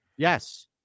Yes